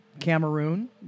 Cameroon